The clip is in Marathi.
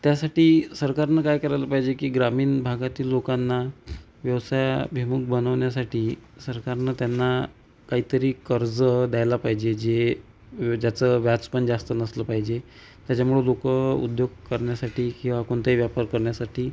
त्यासाठी सरकारनं काय करायला पाहिजे की ग्रामीण भागातील लोकांना व्यवसायाभिमुख बनवण्यासाठी सरकारनं त्यांना काहीतरी कर्ज द्यायला पाहिजे जे ज्याचं व्याज पण जास्त नसलं पाहिजे त्याच्यामुळं लोक उद्योग करण्यासाठी किंवा कोणताही व्यापार करण्यासाठी